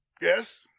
yes